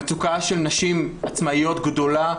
המצוקה של נשים עצמאיות גדולה.